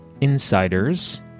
insiders